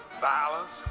violence